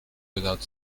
without